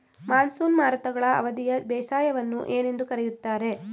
Monsoon ಮಾರುತಗಳ ಅವಧಿಯ ಬೇಸಾಯವನ್ನು ಏನೆಂದು ಕರೆಯುತ್ತಾರೆ?